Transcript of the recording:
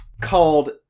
called